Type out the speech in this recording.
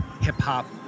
hip-hop